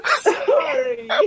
sorry